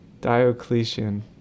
Diocletian